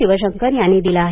शिवशंकर यांनी दिला आहे